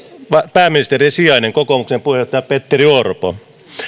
pääministerin sijainen kokoomuksen puheenjohtaja petteri orpo